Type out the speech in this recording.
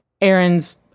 aaron's